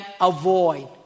avoid